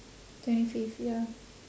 twenty fifth ya